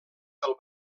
del